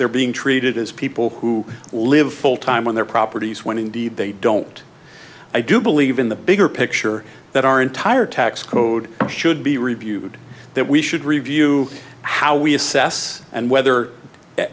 they're being treated as people who live full time on their properties when indeed they don't i do believe in the bigger picture that our entire tax code should be reviewed that we should review how we assess and whether